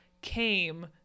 came